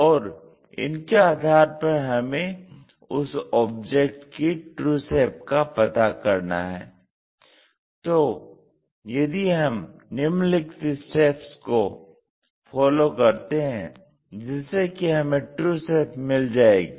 और इनके आधार पर हमें उस ऑब्जेक्ट की ट्रू शेप का पता करना है तो यदि हम निम्नलिखित स्टेप्स को फॉलो करते हैं जिससे कि हमें ट्रू शेप मिल जाएगी